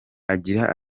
agira